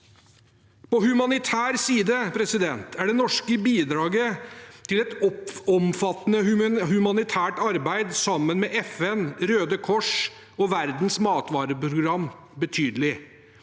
På humanitær side er det norske bidraget til et omfattende humanitært arbeid sammen med FN, Røde Kors og Verdens matvareprogram betydelig.